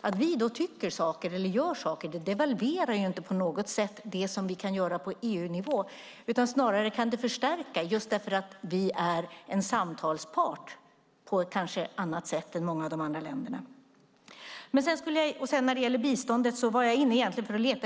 Att vi tycker eller gör saker devalverar inte på något sätt det som vi kan göra på EU-nivå, utan det kan snarare förstärka det just därför att vi är en samtalspart på ett annat sätt än många av de andra länderna. Jag letade